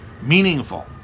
meaningful